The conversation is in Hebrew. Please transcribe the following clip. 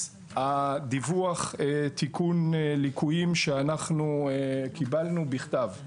דיווח תיקון הליקויים שאנחנו קיבלנו בכתב,